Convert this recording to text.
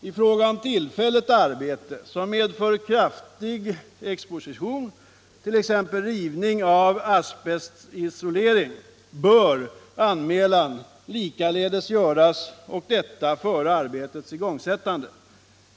I fråga om tillfälligt arbete som medför kraftig exposition, t.ex. rivning av asbestisolering, bör anmälan likaledes göras och detta före arbetets igångsättning.